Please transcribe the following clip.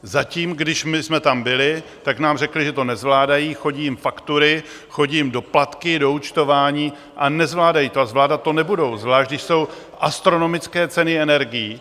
Zatím, když my jsme tam byli, tak nám řekli, že to nezvládají, chodí jim faktury, chodí jim doplatky, doúčtování a nezvládají to a zvládat to nebudou, zvlášť když jsou astronomické ceny energií.